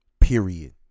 Period